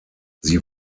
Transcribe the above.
sie